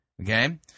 Okay